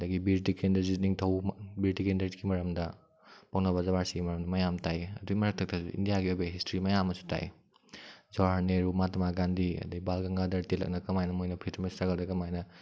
ꯑꯗꯒꯤ ꯕꯤꯔ ꯇꯤꯀꯦꯟꯗ꯭ꯔꯖꯤꯠ ꯅꯤꯡꯊꯧ ꯕꯤꯔ ꯇꯤꯀꯦꯟꯗ꯭ꯔꯖꯤꯠꯀꯤ ꯃꯔꯝꯗ ꯄꯥꯎꯅ ꯕꯔꯖꯕꯥꯁꯤꯒꯤ ꯃꯔꯝꯗ ꯃꯌꯥꯝ ꯇꯥꯛꯏ ꯑꯗꯨꯒꯤ ꯏꯟꯗꯤꯌꯥꯒꯤ ꯑꯣꯏꯕ ꯍꯤꯁꯇ꯭ꯔꯤ ꯃꯌꯥꯝ ꯑꯃꯁꯨ ꯇꯥꯛꯏ ꯖꯋꯥꯍꯔꯂꯥꯜ ꯅꯦꯍꯔꯨ ꯃꯥꯍꯥꯇꯃꯥ ꯒꯥꯟꯙꯤ ꯑꯗꯒꯤ ꯕꯥꯜ ꯒꯪꯒꯥꯗꯔ ꯇꯤꯂꯛꯅ ꯀꯔꯝ ꯍꯥꯏꯅ ꯃꯣꯏꯅ ꯐ꯭ꯔꯤꯗꯝ ꯏꯁꯇ꯭ꯔꯒꯜꯗ ꯀꯔꯝ ꯍꯥꯏꯅ